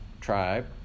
tribe